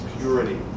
purity